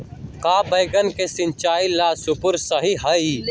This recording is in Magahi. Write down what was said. का बैगन के सिचाई ला सप्रे सही होई?